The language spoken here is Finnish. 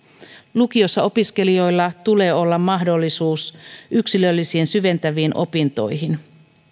lukiossa opiskelijoilla tulee olla mahdollisuus yksilöllisiin ja syventäviin opintoihin